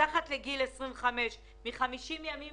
מתחת לגיל 25 מ-50 ימים